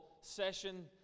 session